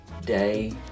day